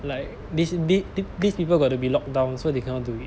like this th~ this people got to be locked down so they cannot do it